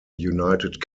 united